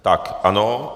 Tak, ano.